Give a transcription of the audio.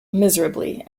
miserably